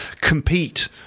compete